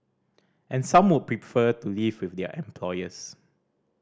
and some would prefer to live with their employers